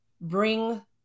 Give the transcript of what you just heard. bring